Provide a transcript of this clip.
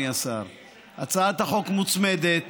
הצעת החוק מוצמדת